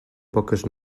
poques